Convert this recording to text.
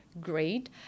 great